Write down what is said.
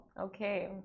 Okay